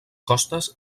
costes